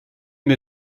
mir